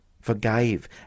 forgave